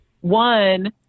one